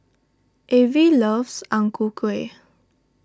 Avie loves Ang Ku Kueh